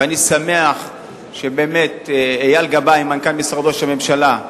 ואני שמח שבאמת אייל גבאי, מנכ"ל משרד ראש הממשלה,